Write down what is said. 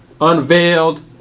unveiled